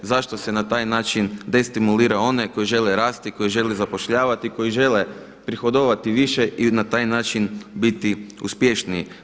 Zašto se na taj način destimulira one koji žele rasti, koji žele zapošljavati, koji žele prihodovati više i na taj način biti uspješniji?